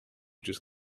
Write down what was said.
just